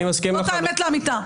זאת האמת לאמיתה.